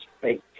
fake